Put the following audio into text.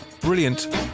brilliant